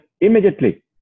immediately